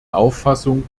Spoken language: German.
auffassung